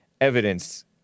evidence